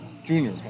Junior